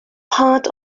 part